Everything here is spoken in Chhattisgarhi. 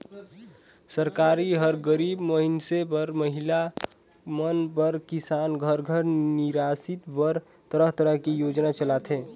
सरकार हर गरीब मइनसे बर, महिला मन बर, किसान घर निरासित बर तरह तरह के योजना चलाथे